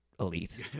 Elite